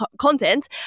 content